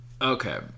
Okay